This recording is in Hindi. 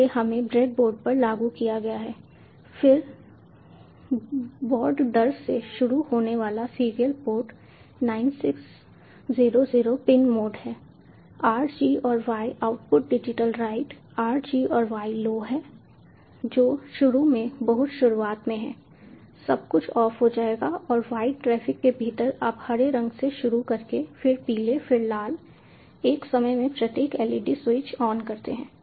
इसलिए हमें ब्रेडबोर्ड पर लागू किया गया है फिर बॉड दर से शुरू होने वाला सीरियल पोर्ट 9600 पिन मोड है r g और y output digital write r g और y लो है जो शुरू में बहुत शुरुआत में है सब कुछ ऑफ हो जाएगा और वॉइड ट्रैफ़िक के भीतर आप हरे रंग से शुरू करके फिर पीले फिर लाल एक समय में प्रत्येक LED स्विच ऑन करते हैं